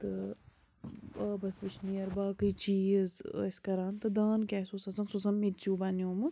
تہٕ آبَس وُشنیر باقٕے چیٖز ٲسۍ کَران تہٕ دان کیٛاہ اوس آسان سُہ اوس آسان میٚژِو بَنیٛومُت